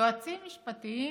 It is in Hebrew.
יועצים משפטיים